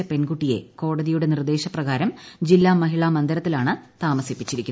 പോകാൻ പെൺകുട്ടിയെ കോടതിയുടെ നിർദ്ദേശപ്രകാരം ജില്ലാ മഹിളാമന്ദിരത്തിൽ ആണ് താമസിപ്പിച്ചിരിക്കുന്നത്